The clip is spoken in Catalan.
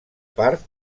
part